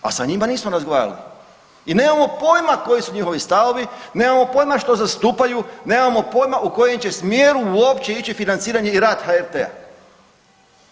A sa njima nismo razgovarali i nemamo pojima koji su njihovi stavovi, nemamo pojima što zastupaju, nemamo pojima u kojem će smjeru uopće ići financiranje i rad HRT-a.